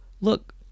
Look